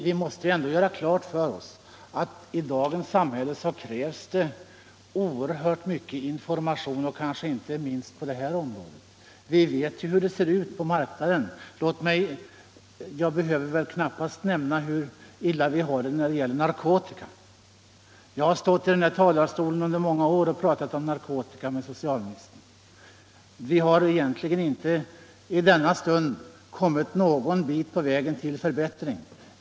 Vi måste ändå göra klart för oss att i dagens samhälle krävs det oerhört mycket information, inte minst på det här området. Vi vet hur det ser ut på marknaden. Jag behöver väl knappast nämna hur illa ställt det är när det gäller narkotikan. Jag har stått i den här talarstolen under många år och talat om narkotika med socialministern. Vi har egentligen inte i denna stund kommit någon bit på vägen till förbättring.